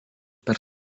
per